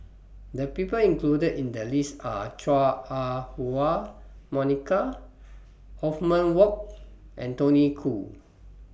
The People included in The list Are Chua Ah Huwa Monica Othman Wok and Tony Khoo